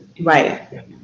right